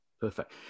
Perfect